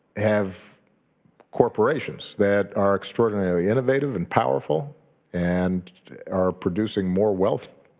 have corporations that are extraordinarily innovative and powerful and are producing more wealth